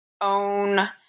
own